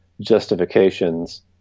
justifications